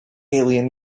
alien